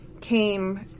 came